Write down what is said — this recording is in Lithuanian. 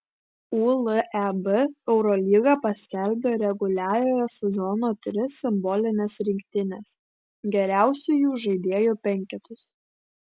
uleb eurolyga paskelbė reguliariojo sezono tris simbolines rinktines geriausiųjų žaidėjų penketus